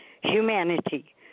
humanity